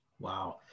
Wow